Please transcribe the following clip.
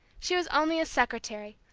she was only a secretary,